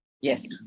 Yes